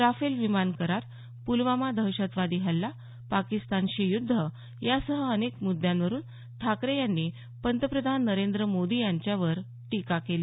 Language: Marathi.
राफेल विमान करार पुलवामा दहशतवादी हल्ला पाकिस्तानशी युद्ध यासह अनेक मुद्यांवरून ठाकरे यांनी पंतप्रधान नरेंद्र मोदी यांच्यावर टीका केली